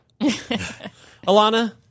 alana